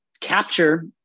capture